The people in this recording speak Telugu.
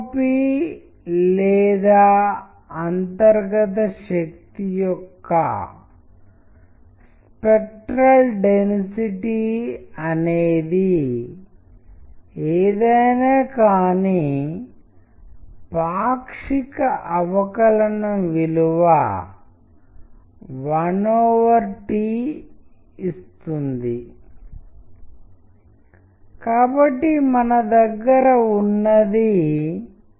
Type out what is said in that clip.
దూరం రెండింటి మధ్య వ్యత్యాసం అనే భావాన్ని కమ్యూనికేట్ చేయడానికి అలాగే సామర్థ్యం అనేది రెండింటి మధ్య సంబంధం యొక్క అర్థాన్ని తెలియజేస్తుంది ఆ ప్రక్రియను తగ్గించడం ద్వారా